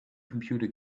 computer